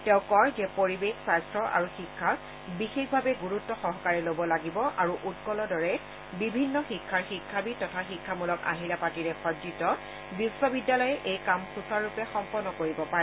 তেওঁ কয় যে পৰিৱেশ স্বস্থ্য আৰু শিক্ষাক বিশেষ গুৰুত্সহকাৰে লব লাগিব আৰু উৎকলৰ দৰে বিভিন্ন শাখাৰ শিক্ষাবিদ তথা শিক্ষামূলক আহিলা পাটিৰে সজ্জিত বিশ্ববিদ্যালয়ে এই কাম সূচাৰুৰূপে সম্পন্ন কৰিব পাৰে